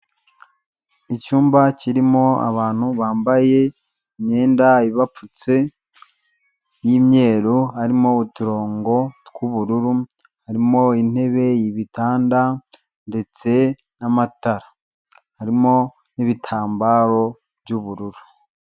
Icyumba kirimo abantu bambaye imyenda ibapfutse y'imyeru, harimo uturongo tw'ubururu, harimo intebe, ibitanda ndetse n'amatara, harimo n'ibitambaro by'ubururu.